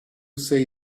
say